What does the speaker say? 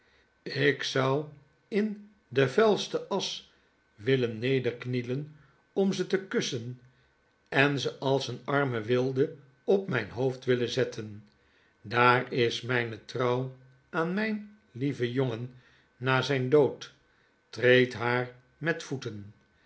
ik zou in de vuilste asch willen nederknielen om ze te kussen en ze als een arme wilde op mjjn hoofd willen zetten dar is mijne trouw aan mijn lieven jongenna zijn dood treed haar met voeten